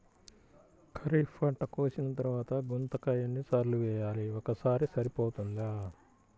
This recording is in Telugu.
ఖరీఫ్ పంట కోసిన తరువాత గుంతక ఎన్ని సార్లు వేయాలి? ఒక్కసారి సరిపోతుందా?